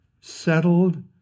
settled